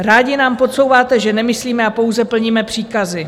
Rádi nám podsouváte, že nemyslíme a pouze plníme příkazy.